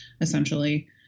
essentially